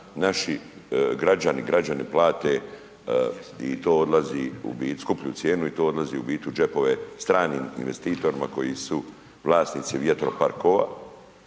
naši građani i građanke plate i to odlaze u skuplju cijenu, i to odlazi u biti u džepove stranim investitori, koji su vlasnici vjetroparkova.